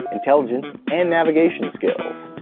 intelligence, and navigation skills.